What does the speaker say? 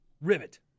rivet